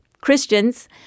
Christians